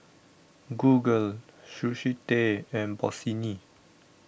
Google Sushi Tei and Bossini